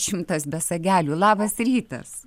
šimtas be sagelių labas rytas